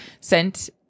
sent